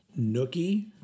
nookie